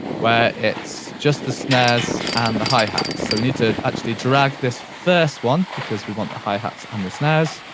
where it's just the snares and the hi-hats. so we need to actually drag this first one because we want the hi-hats and the snares,